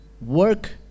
Work